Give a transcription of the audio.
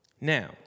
Now